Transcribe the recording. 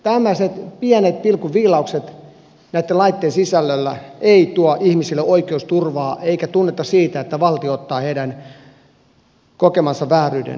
tämmöiset pienet pilkunviilaukset näitten lakien sisällössä eivät tuo ihmisille oikeusturvaa eivätkä tunnetta siitä että valtio ottaa heidän kokemansa vääryyden vakavasti